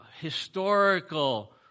historical